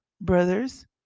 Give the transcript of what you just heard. brothers